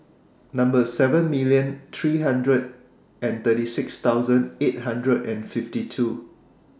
seven million three hundred and thirty six thousand eight hundred and fifty two